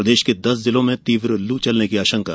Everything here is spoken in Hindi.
प्रदेश के दस जिलों में तीव्र लू चलने की आशंका